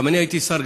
גם אני הייתי שר,